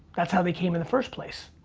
that's how they came in the first place.